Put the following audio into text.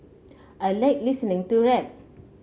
I like listening to rap